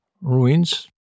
ruins